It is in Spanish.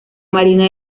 marina